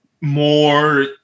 more